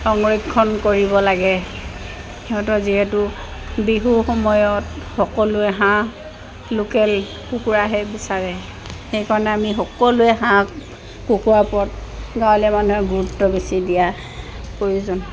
সংৰক্ষণ কৰিব লাগে সিহঁতৰ যিহেতু বিহু সময়ত সকলোৱে হাঁহ লোকেল কুকুৰাহে বিচাৰে সেইকাৰণে আমি সকলোৱে হাঁহ কুকুৰা ওপৰত গাঁৱলীয়া মানুহে গুৰুত্ব বেছি দিয়া প্ৰয়োজন